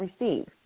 receive